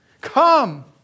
come